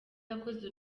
yakoze